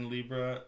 Libra